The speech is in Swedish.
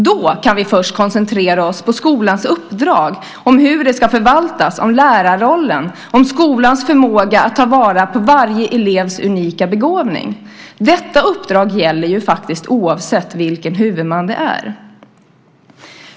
Då först kan vi koncentrera oss på skolans uppdrag och hur den ska förvaltas, på lärarrollen, på skolans förmåga att ta vara på varje elevs unika begåvning. Detta uppdrag gäller ju faktiskt oavsett vilken huvudman det är.